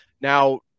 Now